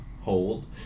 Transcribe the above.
hold